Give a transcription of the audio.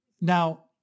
now